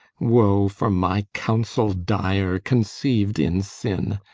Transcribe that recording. woe for my counsel dire, conceived in sin.